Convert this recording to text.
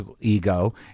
ego